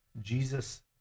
Jesus